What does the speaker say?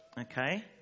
Okay